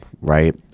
right